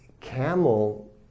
camel